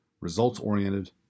results-oriented